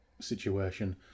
situation